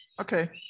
okay